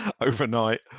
overnight